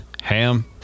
ham